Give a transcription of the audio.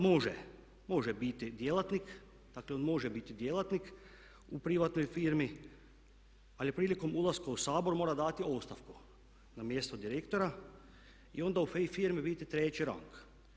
Može, može biti djelatnik, dakle on može biti djelatnik u privatnoj firmi ali prilikom ulaska u Sabor mora dati ostavku na mjesto direktora i onda u … firmi biti treći rang.